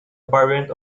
variant